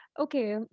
okay